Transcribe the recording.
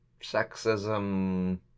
sexism